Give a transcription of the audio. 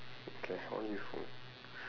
okay how useful